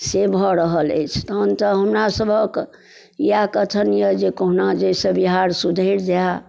से भऽ रहल अछि तहन तऽ हमरा सभक इएह कथन यऽ कहुना जाहिसँ बिहार सुधरि जाय